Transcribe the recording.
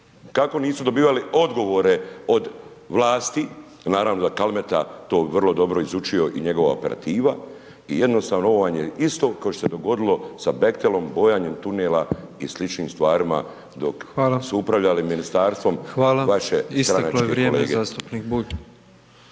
kako nisu dobivali odgovore od vlasti, naravno da Kaleta to vrlo dobro izučio i njegova operativa i jednostavno ovo vam je isto kao što se dogodilo s Behtelom, bojanjem tunela i sličnim stvarima …/Upadica: Hvala./… dok su upravljali ministarstvom vaše stranačke kolege. **Petrov, Božo (MOST)** Hvala, isteklo je vrijeme zastupnik Bulj.